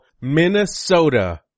Minnesota